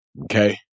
okay